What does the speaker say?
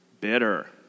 Bitter